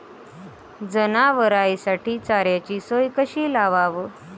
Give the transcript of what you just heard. जनावराइसाठी चाऱ्याची सोय कशी लावाव?